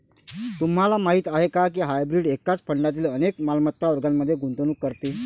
तुम्हाला माहीत आहे का की हायब्रीड एकाच फंडातील अनेक मालमत्ता वर्गांमध्ये गुंतवणूक करते?